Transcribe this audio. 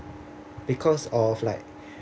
because of like